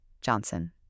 Johnson